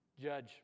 Judge